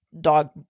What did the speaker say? dog